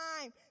time